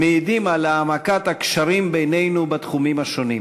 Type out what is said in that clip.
מעידים על העמקת הקשרים בינינו בתחומים השונים.